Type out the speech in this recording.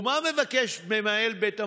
ומה מבקש מנהל בית מלון?